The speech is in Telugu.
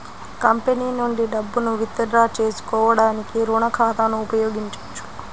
కంపెనీ నుండి డబ్బును విత్ డ్రా చేసుకోవడానికి రుణ ఖాతాను ఉపయోగించొచ్చు